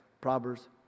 Proverbs